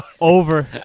Over